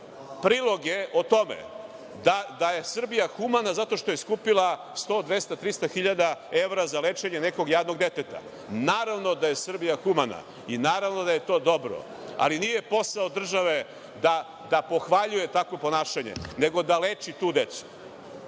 priloge o tome da je Srbija humana zato što je skupila 100, 200, 300 hiljada evra za lečenje nekog jadnog deteta. Naravno da je Srbija humana i naravno da je to dobro, ali nije posao države da pohvaljuje takvo ponašanje, nego da leči tu decu.